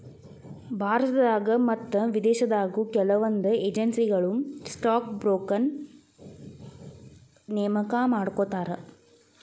ಭಾರತದಾಗ ಮತ್ತ ವಿದೇಶದಾಗು ಕೆಲವೊಂದ್ ಏಜೆನ್ಸಿಗಳು ಸ್ಟಾಕ್ ಬ್ರೋಕರ್ನ ನೇಮಕಾ ಮಾಡ್ಕೋತಾರ